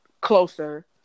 closer